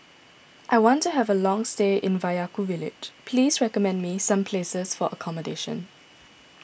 I want to have a long stay in Vaiaku Village please recommend me some places for accommodation